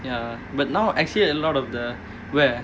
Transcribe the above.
ya but now actually a lot of the where